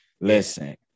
listen